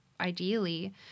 ideally